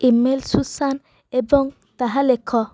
email Susan ଏବଂ ତାହା ଲେଖ